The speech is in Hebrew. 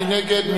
מי נגד?